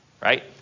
right